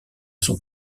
son